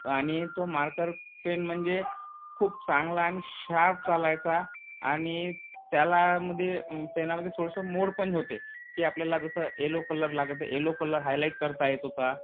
आणि तो marker pen म्हणजे खूप चांगला आणि शार्प चालायचा आणि त्याला मध्ये पेनामध्ये थोडंसं मोड पण होते की आपल्याला जसं यलो कलर लागत आहे यलो कलर हायलाइट करता येत होता